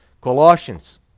Colossians